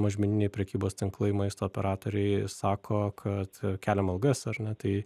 mažmeniniai prekybos tinklai maisto operatoriai sako kad keliam algas ar ne tai